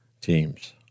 teams